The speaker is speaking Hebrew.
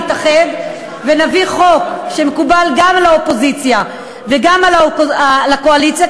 נתאחד ונביא חוק שמקובל גם על האופוזיציה וגם על הקואליציה,